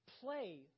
play